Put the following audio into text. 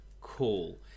cool